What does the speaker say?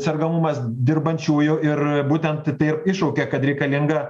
sergamumas dirbančiųjų ir būtent tai ir iššaukė kad reikalinga